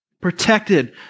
protected